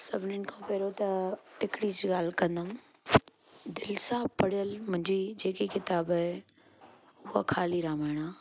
सभिनीनि खां पहिरियों त हिकिड़ी जी ॻाल्हि कंदमि दिलि सां पढ़ियल मुंहिंजी जेकी किताब आहे उहा खाली रामायण आहे